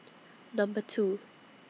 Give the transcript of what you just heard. Number two